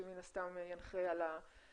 שמן הסתם ינחה על התכנים,